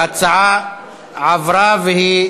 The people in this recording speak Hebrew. ההצעה עברה, והיא